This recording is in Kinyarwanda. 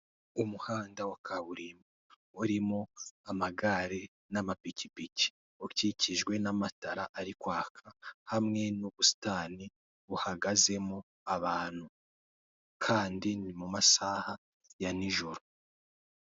Umuhanda wa kaburimbo urimo amagare n'amapikipiki, ukikijwe n'amatara ari kwaka hamwe n'ubusitani buhagazemo abantu. Kandi ni mu masaha ya nijoro.